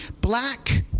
Black